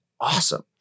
awesome